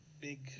big